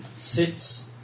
sits